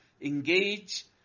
engage